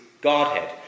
godhead